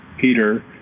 Peter